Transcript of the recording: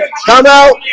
come out